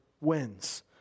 wins